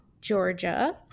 georgia